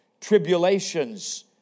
tribulations